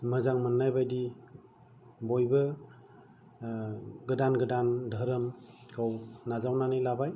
मोजां मोननाय बायदि बयबो गोदान गोदान धोरोमखौ नाजावनानै लाबाय